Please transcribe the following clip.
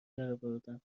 درآوردم